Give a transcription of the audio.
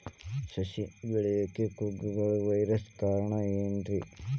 ಸಸಿ ಬೆಳೆಯಾಕ ಕುಗ್ಗಳ ವೈರಸ್ ಕಾರಣ ಏನ್ರಿ?